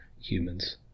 humans